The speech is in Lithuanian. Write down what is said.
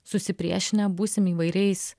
susipriešinę būsim įvairiais